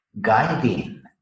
guiding